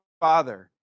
Father